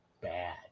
bad